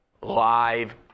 live